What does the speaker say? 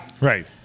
Right